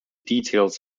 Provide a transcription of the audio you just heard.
details